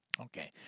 Okay